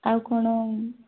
ଆଉ କ'ଣ